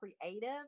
creative